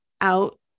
out